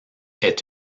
est